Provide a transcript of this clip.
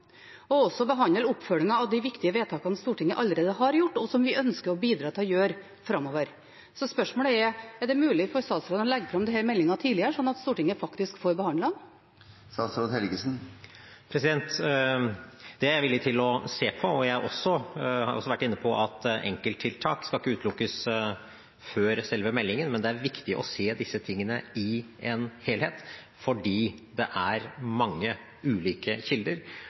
og også å behandle oppfølgingen av de viktige vedtakene som Stortinget allerede har gjort fordi vi ønsker å bidra framover. Spørsmålet er: Er det mulig for statsråden å legge fram denne meldingen tidligere, slik at Stortinget faktisk får behandlet den? Det er jeg villig til å se på. Jeg har også vært inne på at enkelttiltak ikke skal utelukkes før selve meldingen. Men det er viktig å se disse tingene i en helhet, for det er mange ulike kilder,